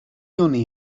honi